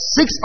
six